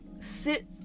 sit